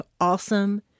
awesome